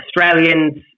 Australians